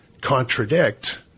contradict